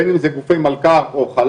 בין אם זה גופי מלכ"ר או חל"צים,